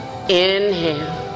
inhale